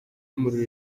y’umuriro